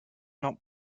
not